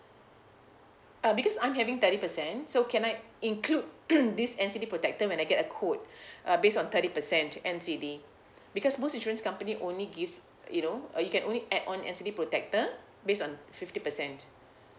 uh because I'm having thirty percent so can I include this N_C_D protector when I get a quote uh based on thirty percent N_C_D because most insurance company only gives you know uh you can only add on N_C_D protector based on fifty percent